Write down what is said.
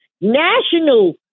national